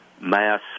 mass